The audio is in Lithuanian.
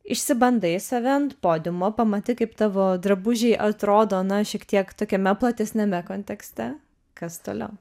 išsibandai save ant podiumo pamatai kaip tavo drabužiai atrodo na šiek tiek tokiame platesniame kontekste kas toliau